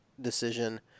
decision